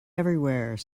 everywhere